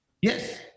Yes